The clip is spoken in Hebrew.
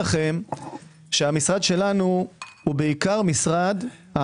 המשרד שלנו הוא בעיקר משרד,